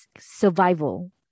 survival